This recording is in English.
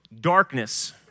Darkness